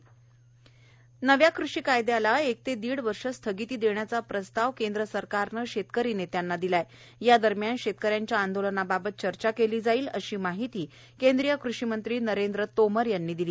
कृषि कायदा नव्या कृषी कायदयाला एक ते दीड वर्ष स्थगिती देण्याचा प्रस्ताव केंद्र सरकारनं शेतकरी नेत्यांना दिला आहे या दरम्यान शेतकऱ्यांच्या आंदोलनाबाबत चर्चा केली जाईल अशी माहिती केंद्रीय कृषीमंत्री नरेंद्र तोमर यांनी दिली